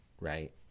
right